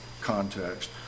context